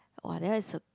[wah] that one is a